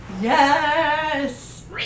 Yes